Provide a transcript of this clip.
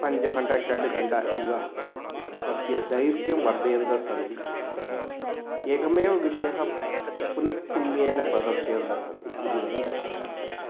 पञ्चघण्टा षड्घण्टा इव तस्य दैर्घ्यं वर्धयन्तः सन्ति एकमेव विषयः पुनः पुनः अनेन प्रदर्शयन्तः सन्ति इति वयं दृष्टुं शक्नुमः